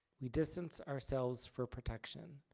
we distance ourselves for protection.